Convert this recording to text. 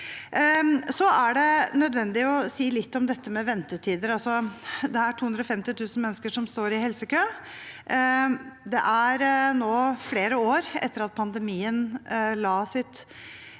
Det er nødvendig å si litt om ventetider. Det er 250 000 mennesker som står i helsekø. Det er nå gått flere år etter at pandemien la sitt